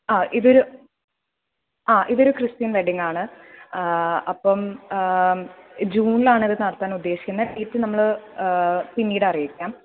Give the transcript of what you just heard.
ആ ഇതൊരു ആ ഇതൊരു ക്രിസ്ത്യൻ വെഡിങ്ങാണ് അപ്പം ജൂണിലാണിത് നടത്താനുദ്ദേശിക്കുന്നത് ഡേറ്റ് നമ്മൾ പിന്നീടറിയിക്കാം